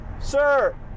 Sir